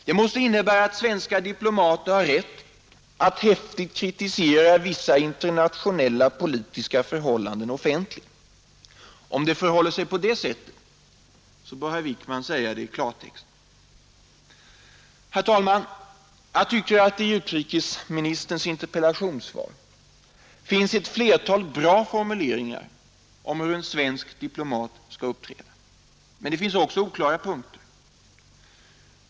Då måste det innebära att svenska diplomater har rätt att häftigt kritisera vissa internationella politiska förhållanden offentligt. Om det förhåller sig på det sättet bör herr Wickman säga det i klartext. Herr talman! Jag tycker att det i utrikesministerns interpellationssvar finns ett flertal bra formuleringar om hur en svensk diplomat skall uppträda, Men det finns också oklara punkter.